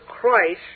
Christ